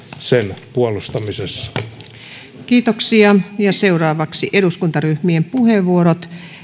sen puolustamisessa seuraavaksi eduskuntaryhmien puheenvuorot